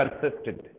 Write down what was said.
consistent